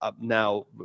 now